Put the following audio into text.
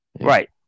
right